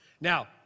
Now